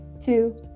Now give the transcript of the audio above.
two